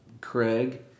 Craig